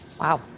Wow